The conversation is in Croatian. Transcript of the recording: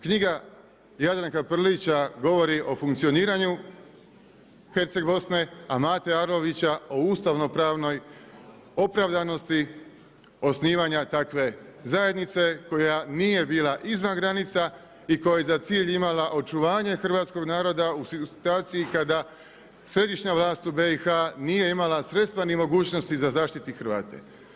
Knjiga Jadranka Prlića govori o funkcioniranju Herceg Bosne, a Mate Arlovića o ustavno-pravnoj opravdanosti osnivanja takve zajednice koja nije bila izvan granica i koja je za cilj imala očuvanje hrvatskog naroda u situaciji kada središnja vlast u BiH nije imala sredstva ni mogućnosti da zaštiti Hrvate.